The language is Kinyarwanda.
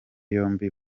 yombi